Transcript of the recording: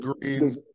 Green